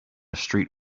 street